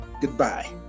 goodbye